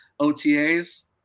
otas